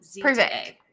Perfect